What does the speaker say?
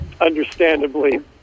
understandably